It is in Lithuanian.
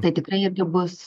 tai tikrai irgi bus